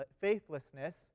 faithlessness